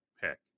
pick